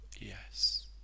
yes